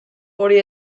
hori